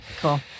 cool